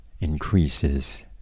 increases